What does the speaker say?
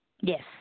Yes